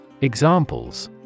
Examples